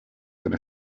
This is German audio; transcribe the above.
einer